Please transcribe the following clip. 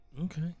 Okay